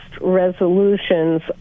resolutions